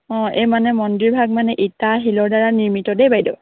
অঁ এই মানে মন্দিৰভাগ মানে ইটা শিলৰ দ্বাৰা নিৰ্মিত দেই বাইদেউ